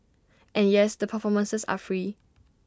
and yes the performances are free